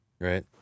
right